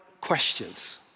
questions